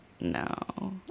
no